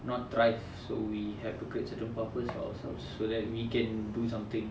not thrive so we have to create certain purpose for ourselves so that we can do something